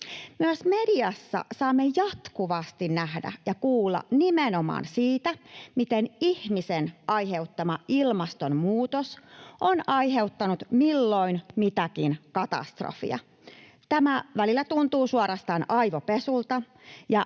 Myös mediassa saamme jatkuvasti nähdä ja kuulla nimenomaan siitä, miten ihmisen aiheuttama ilmastonmuutos on aiheuttanut milloin mitäkin katastrofia. Tämä välillä tuntuu suorastaan aivopesulta,